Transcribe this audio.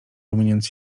rumieniąc